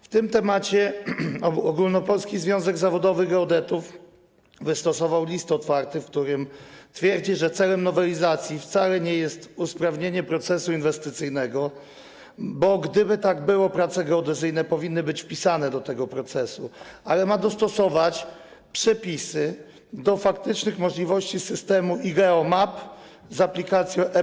W tej sprawie Ogólnopolski Związek Zawodowy Geodetów wystosował list otwarty, w którym twierdzi, że celem nowelizacji wcale nie jest usprawnienie procesu inwestycyjnego - bo gdyby tak było, to prace geodezyjne powinny być wpisane do tego procesu - ale dostosowanie przepisów do faktycznych możliwości systemu iGeoMap z aplikacją ePODGIK.